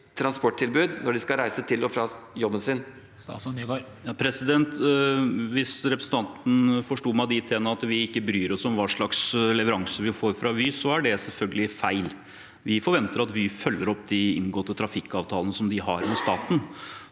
transporttilbud når de skal reise til og fra jobben sin? Statsråd Jon-Ivar Nygård Hvis repre- sentanten forsto meg dithen at vi ikke bryr oss om hva slags leveranse vi får fra Vy, er det selvfølgelig feil. Vi forventer at Vy følger opp de inngåtte trafikkavtalene de har med staten.